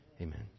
Amen